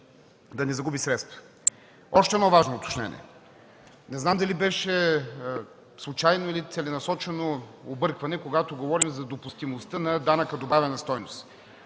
да не загуби средства. Още едно важно уточнение. Не знам дали беше случайно или целенасочено объркване, когато говорим за допустимостта на данък добавена стойност.